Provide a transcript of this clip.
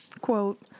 quote